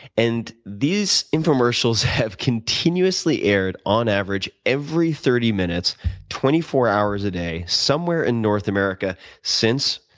and these infomercials have continuously aired on average every thirty minutes twenty four hours a day somewhere in north america since,